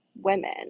women